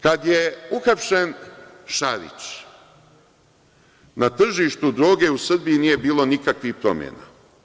Kad je uhapšen Šarić, na tržištu droge u Srbiji nije bilo nikakvih promena.